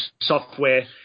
software